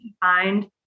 find